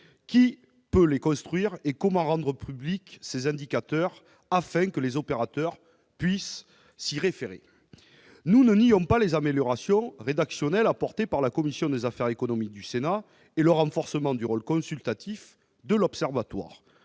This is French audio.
ces indicateurs et comment les rendre publics, afin que les opérateurs puissent s'y référer ? Nous ne nions pas les améliorations rédactionnelles apportées par la commission des affaires économiques du Sénat et le renforcement du rôle consultatif de l'Observatoire